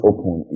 Open